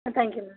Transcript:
thank you ma'am